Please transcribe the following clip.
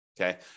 Okay